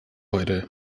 heute